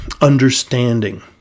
understanding